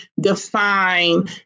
define